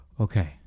okay